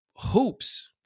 hoops